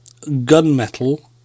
gunmetal